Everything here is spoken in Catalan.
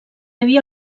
havia